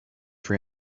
for